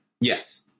Yes